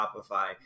Shopify